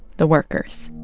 the workers